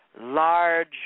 large